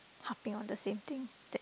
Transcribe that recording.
harping on the same thing that